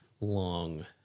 long